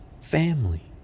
family